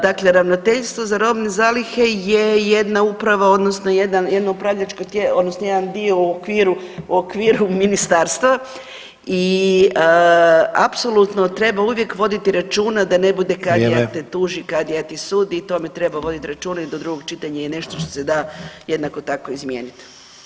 Dakle Ravnateljstvo za robne zalihe je jedna uprava, odnosno jedno upravljačko tijelo, odnosno jedan dio u okviru Ministarstva i apsolutno treba uvijek voditi računa da ne bude kadija te [[Upadica: Vrijeme.]] tuži, kadija ti sudi i o tome treba voditi računa i do drugog čitanja je nešto što se da jednako tako izmijeniti.